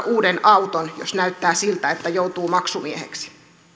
uuden auton jos näyttää siltä että joutuu maksumieheksi